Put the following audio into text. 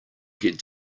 get